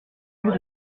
mieux